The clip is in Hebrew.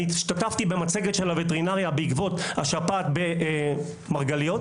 השתתפתי במצגת של הווטרינריה בעקבות השפעת במרגליות,